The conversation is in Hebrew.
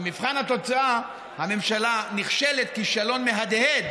במבחן התוצאה הממשלה נכשלת כישלון מהדהד